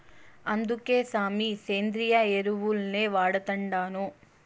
అందుకే సామీ, సేంద్రియ ఎరువుల్నే వాడతండాను